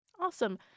Awesome